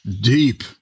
deep